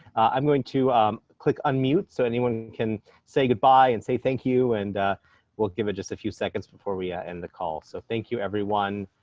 i'm going to click unmute, so anyone can say goodbye and say thank you. and we'll give it just a few seconds before we ah end the call. so thank you, everyone.